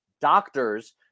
doctors